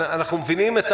אנחנו מבינים את